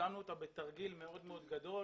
השלמנו אותה בתרגיל גדול מאוד,